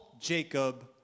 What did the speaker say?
Jacob